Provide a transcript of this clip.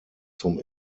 zum